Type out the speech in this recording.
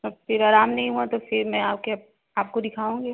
तब फिर अराम नहीं हुआ तो फिर मैं आपके आपको दिखाऊँगी